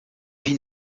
vie